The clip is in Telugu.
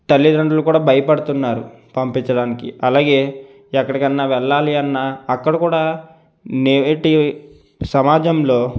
తల్లితండ్రులు కూడా భయపడుతున్నారు పంపించడానికి అలాగే ఎక్కడికన్నా వెళ్ళాలి అన్న అక్కడ కూడా నేటి సమాజంలో